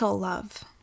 love